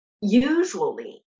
Usually